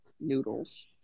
Noodles